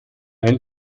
ein